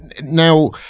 now